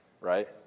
right